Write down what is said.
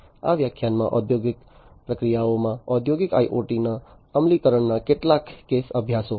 આ વ્યાખ્યાનમાં ઔદ્યોગિક પ્રક્રિયાઓમાં ઔદ્યોગિક IoT ના અમલીકરણના કેટલાક કેસ અભ્યાસો